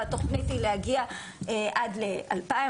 והתוכנית היא להגיע עד ל-2,000.